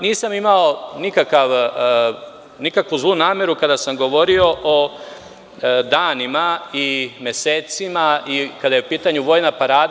Nisam imao nikakvu zlu nameru kada sam govorio o danima i mesecima i kada je u pitanju vojna parada.